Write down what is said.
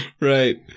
right